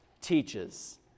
teaches